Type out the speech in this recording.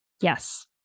Yes